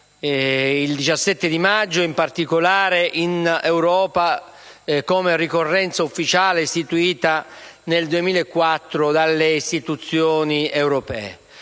il 17 maggio, in particolare in Europa, come ricorrenza ufficiale istituita nel 2004 dalle istituzioni europee.